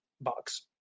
box